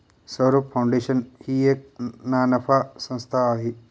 Saurabh foundation ही एक ना नफा संस्था आहे